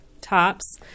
tops